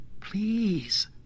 Please